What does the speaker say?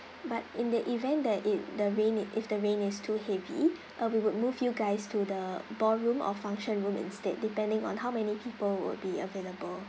but in the event that it the rain it if the rain is too heavy uh we would move you guys to the ballroom or function room instead depending on how many people would be available